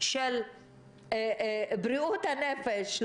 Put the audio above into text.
של בריאות הנפש,